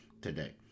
today